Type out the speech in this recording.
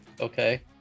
Okay